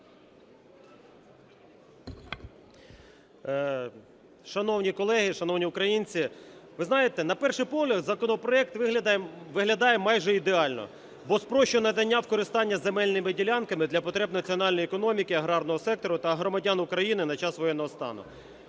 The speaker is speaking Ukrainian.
Шановні колеги, шановні українці, ви знаєте, на перший погляд, законопроект виглядає майже ідеально, бо спрощує надання в користування земельними ділянками для потреб національної економіки, аграрного сектору та громадян України на час воєнного стану.